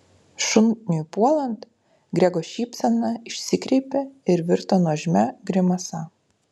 šuniui puolant grego šypsena išsikreipė ir virto nuožmia grimasa